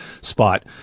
spot